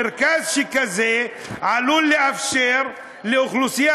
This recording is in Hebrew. מרכז שכזה עלול לאפשר לאוכלוסייה